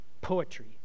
poetry